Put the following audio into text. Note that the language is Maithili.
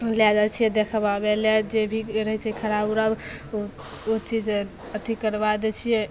लै जाइ छिए देखबाबै लै जे भी रहै छै खराब उराब ओ ओ चीज अथी करबा दै छिए